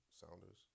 Sounders